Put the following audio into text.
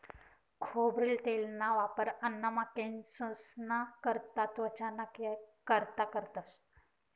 खोबरेल तेलना वापर अन्नमा, केंससना करता, त्वचाना कारता करतंस